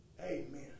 Amen